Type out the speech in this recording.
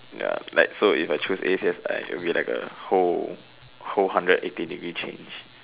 ya like so if I chose A_C_S it will be like a whole whole hundred eighty degree change